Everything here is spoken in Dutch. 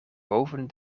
boven